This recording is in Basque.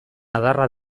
adarra